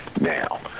Now